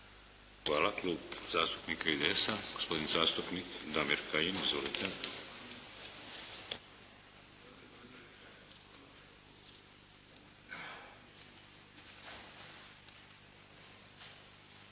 Hvala. Klub zastupnika IDS-a gospodin zastupnik Damir Kajin. Izvolite.